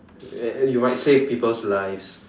and and you might save people's life